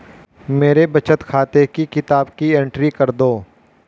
मेरे बचत खाते की किताब की एंट्री कर दो?